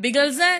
בגלל זה,